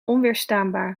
onweerstaanbaar